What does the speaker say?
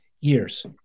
years